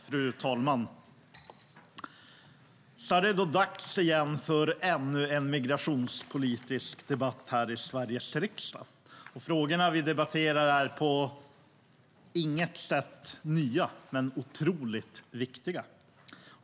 Fru talman! Så är det då dags igen för ännu en migrationspolitisk debatt här i Sveriges riksdag. Frågorna vi debatterar är på inget sätt nya men otroligt viktiga.